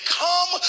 come